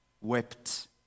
wept